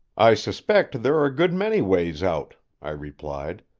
i suspect there are a good many ways out, i replied,